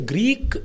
Greek